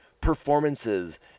performances